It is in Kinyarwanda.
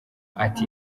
ati